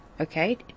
Okay